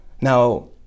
Now